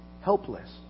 helpless